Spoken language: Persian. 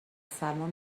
سلمان